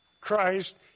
Christ